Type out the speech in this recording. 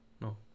no